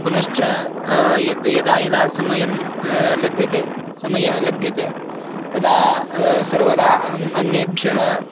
पुनश्च यत् यदा यदा समयं लभ्यते समयः लभ्यते तदा सर्वदा अहम् अन्येभ्यः